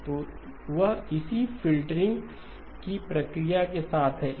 तो वह इसी फ़िल्टरिंग प्रक्रिया के साथ है